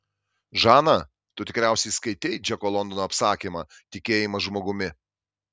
žana tu tikriausiai skaitei džeko londono apsakymą tikėjimas žmogumi